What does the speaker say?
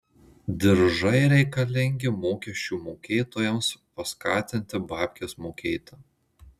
diržai reikalingi mokesčių mokėtojams paskatinti babkes mokėti